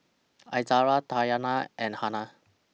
Izara Dayana and Hana